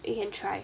you can try